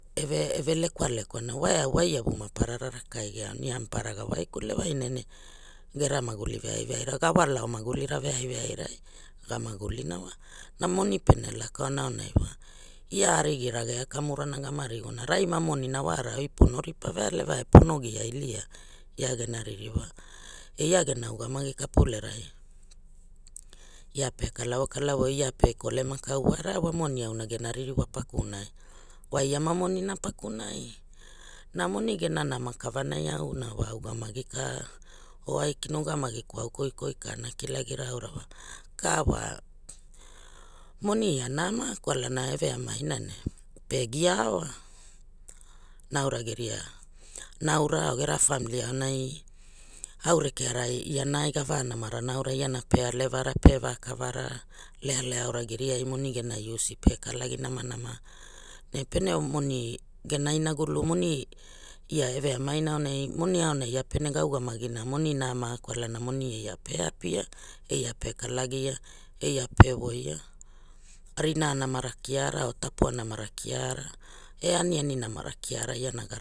Eve eve lekwa lekwa na wa eau wa iavu maparara rakai ge aona ia mapara ga wakule waina ne gera maguli veai veai ra ga walao magulira veai veai rai ga magulina wa na moni pene laka oana wai ia arigira gea kamurana gama rigolo rai ma monna wara oi pono ripa vealeva e pono gia ilia pa gena ririwa e ia gera ugamagi kapulerai ia pe kalavo kalavo ia pe kolema kau wara wa moni gena ririwa pakunai wa ia wa monina pakunai na moni gena nama kavanai auna wa ugamagi ka or aikina ugamagi kava koikoi ka ana kilagira aura wa ka wa moni ina nama kwalana evea maina ne pe gia aoa raira geria naura or gera famili aunai ne rekeara iana ai gava namana aurai iana pe alevara pe vakavara lealea aura geriai moni gena iusi pe kalagi namanama ne pene moni gea inagulu moni ia e veamaina aunai moni auna ia pene ga ugamagina moninama kwalana moni ia pe apia e ia pe kala gia e ia pe voia rira namara kiara of tapua namara kiara e aniani namara kiara iana ga